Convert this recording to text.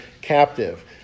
captive